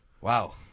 Wow